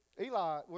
Eli